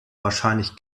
wahrscheinlich